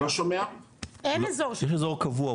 יש אזור קבוע.